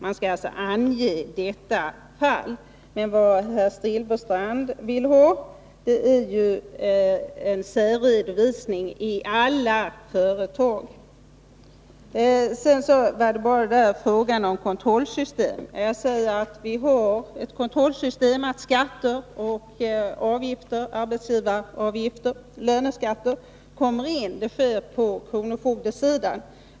Sådana fall skall alltså redovisas. Vad herr Silfverstrand vill är däremot att en särredovisning skall ske i alla företag. Vad sedan gäller frågan om kontrollsystemet säger jag att vi har ett sådant system genom vilket skatter och arbetsgivaravgifter, löneskatter, tas in, nämligen kronofogdesidans system.